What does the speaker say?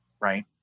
right